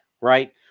right